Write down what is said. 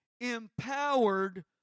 empowered